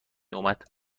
اومد